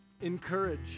encourage